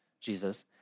Jesus